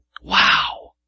Wow